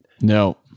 no